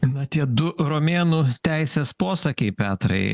na tie du romėnų teisės posakiai petrai